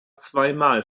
zweimal